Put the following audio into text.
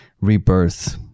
rebirth